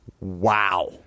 Wow